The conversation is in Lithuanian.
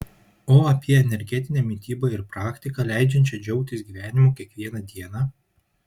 o apie energetinę mitybą ir praktiką leidžiančią džiaugtis gyvenimu kiekvieną dieną